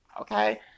Okay